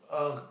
uh